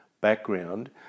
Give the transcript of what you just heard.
background